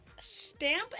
Stamp